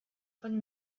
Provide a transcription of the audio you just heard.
von